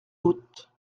doute